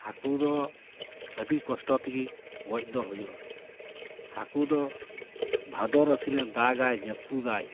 ᱦᱟᱹᱠᱩ ᱫᱚ ᱟᱹᱰᱤ ᱠᱚᱥᱴᱚ ᱛᱮᱜᱮ ᱜᱚᱡ ᱫᱚ ᱦᱩᱭᱩᱜᱼᱟ ᱦᱟᱹᱠᱩ ᱫᱚ ᱵᱷᱟᱫᱚᱨ ᱟᱹᱥᱤᱱᱮ ᱫᱟᱜᱟᱭ ᱡᱟᱹᱯᱩᱫᱟᱭ